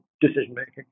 decision-making